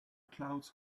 clouds